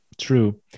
true